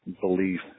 belief